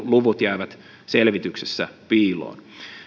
luvut jäävät selvityksessä piiloon